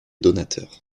donateurs